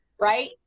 right